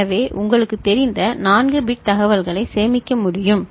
எனவே உங்களுக்குத் தெரிந்த 4 பிட் தகவல்களைச் சேமிக்க முடியும்